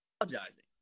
apologizing